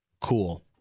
cool